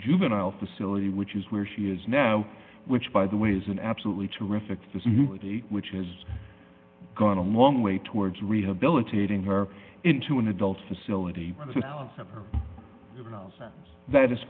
juvenile facility which is where she is now which by the way is an absolutely terrific this movie which has gone a long way towards rehabilitating her into an adult facility that is